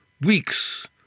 weeks